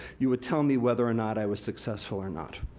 you would tell me whether or not i was successful or not.